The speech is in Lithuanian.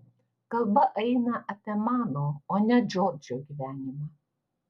kalba eina apie mano o ne apie džordžo gyvenimą